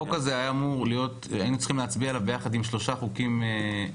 על החוק הזה היינו אמורים להצביע יחד עם 3 חוקים נוספים.